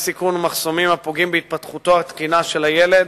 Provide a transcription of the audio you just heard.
סיכון ומחסומים הפוגעים בהתפתחותו התקינה של הילד